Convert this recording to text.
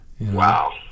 Wow